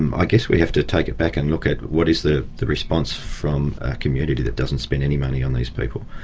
um i guess we have to take it back and look at what is the the response from a community that doesn't spend any money on these people.